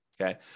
okay